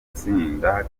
gutsinda